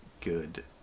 good